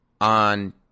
On